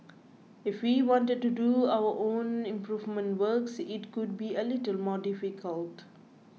if we wanted to do our own improvement works it would be a little more difficult